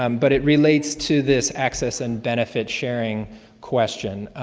um but it relates to this access and benefit sharing question.